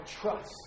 trust